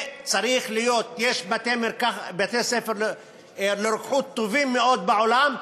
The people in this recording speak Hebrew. יש בתי-ספר לרוקחות טובים מאוד בעולם,